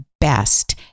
best